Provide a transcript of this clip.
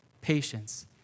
patience